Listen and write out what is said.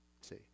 See